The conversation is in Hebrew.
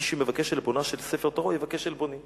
מי שמבקש עלבונה של ספר תורה, הוא יבקש עלבוני".